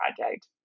project